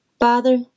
Father